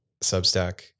substack